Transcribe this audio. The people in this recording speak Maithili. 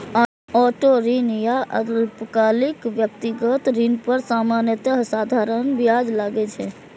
ऑटो ऋण या अल्पकालिक व्यक्तिगत ऋण पर सामान्यतः साधारण ब्याज लागै छै